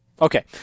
Okay